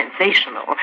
sensational